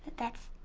that's.